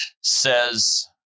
says